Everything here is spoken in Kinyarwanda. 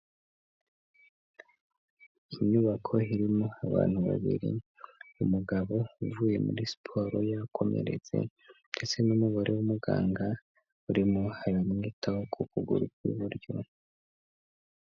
Inyubako irimo abantu babiri, umugabo uvuye muri siporo yakomeretse ndetse n'umugore w'umuganga urimo amwitaho ku kuguru kw'iburyo.